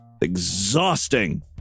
Exhausting